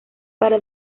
para